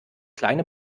kleine